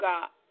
God